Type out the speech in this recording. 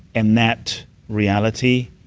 and that reality,